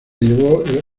llevó